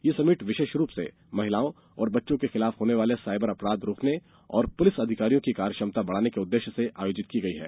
यह समिट विशेष रूप से महिलाओं और बच्चों के खिलाफ होने वाले सायबर अपराध रोकने और पुलिस अधिकारियों की कार्य क्षमता बढ़ाने के उद्देश्य से आयोजित की गई है